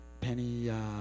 Penny